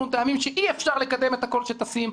טעמים שאי אפשר לקדם את הכול כשטסים,